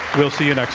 we'll see you like